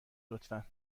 لطفا